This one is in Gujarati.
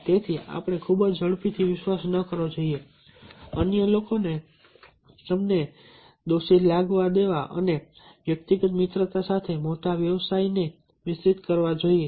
તેથી આપણે ખૂબ ઝડપથી વિશ્વાસ ન કરવો જોઈએ અન્ય લોકોને તમને દોષિત લાગવા દેવા અને વ્યક્તિગત મિત્રતા સાથે મોટા વ્યવસાયને મિશ્રિત કરવા જોઈએ